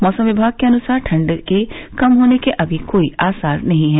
मौसम विभाग के अनुसार ठंड के कम होने के अभी कोई आसार नहीं है